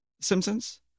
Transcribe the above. Simpsons